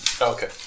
Okay